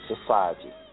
society